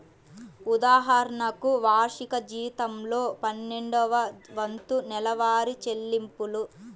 ఉదాహరణకు, వార్షిక జీతంలో పన్నెండవ వంతు నెలవారీ చెల్లింపులు